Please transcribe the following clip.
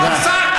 תודה.